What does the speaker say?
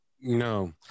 No